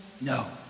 No